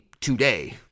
today